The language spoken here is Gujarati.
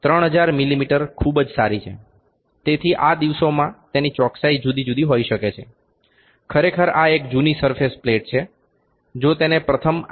તેથી આ દિવસોમાં તેની ચોકસાઈ જુદી જુદી હોઈ શકે છે ખરેખર આ એક જૂની સરફેસ પ્લેન છે જો તેને પ્રથમ આઈ